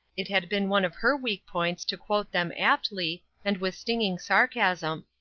it had been one of her weak points to quote them aptly, and with stinging sarcasm.